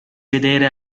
vedere